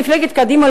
מפלגת קדימה,